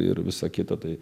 ir visą kitą tai